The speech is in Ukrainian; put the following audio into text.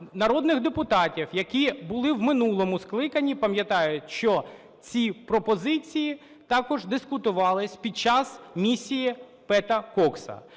народних депутатів, які були в минулому скликанні, пам'ятають, що ці пропозиції також дискутувались під час місії Пета Кокса.